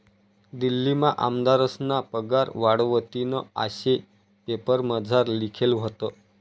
दिल्लीमा आमदारस्ना पगार वाढावतीन आशे पेपरमझार लिखेल व्हतं